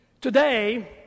Today